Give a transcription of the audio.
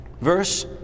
Verse